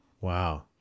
Wow